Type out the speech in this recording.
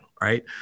Right